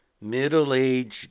Middle-aged